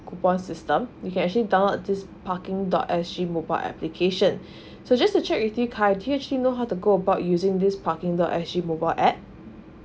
coupon system you can actually download this parking dot S G mobile application so just to check with khairi do you actually know how to go about using this parking dot S G mobile app